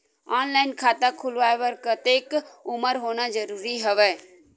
Online खाता खुलवाय बर कतेक उमर होना जरूरी हवय?